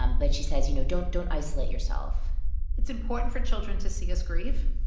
um but she says, you know, don't don't isolate yourself it's important for children to see us grieve.